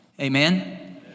Amen